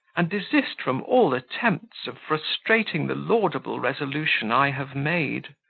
and desist from all attempts of frustrating the laudable resolution i have made.